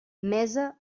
mesa